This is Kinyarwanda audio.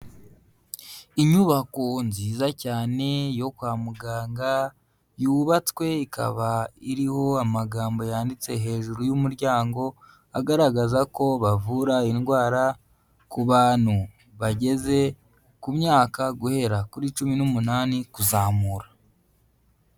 Inyubako nziza cyane yo kwa muganga, yubatswe ikaba iriho amagambo yanditse hejuru y'umuryango, agaragaza ko bavura indwara ku bantu bageze ku myaka guhera kuri cumi n'umunani kuzamura.